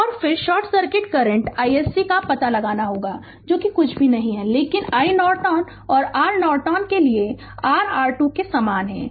तो और फिर शॉर्ट सर्किट करंट iSC का पता लगाना होगा जो कि कुछ भी नहीं है लेकिन iNorton और R नॉर्टन के लिए r R2 के समान है